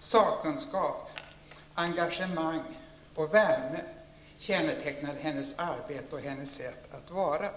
sakkunskap, engagemang och värme kännetecknade hennes arbete och hennes sätt att vara.